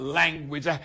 language